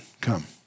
come